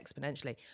exponentially